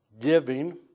Giving